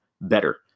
better